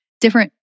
different